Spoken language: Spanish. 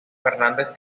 fernández